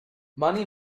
money